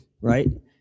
right